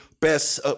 best